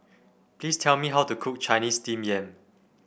please tell me how to cook Chinese Steamed Yam